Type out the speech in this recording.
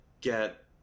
get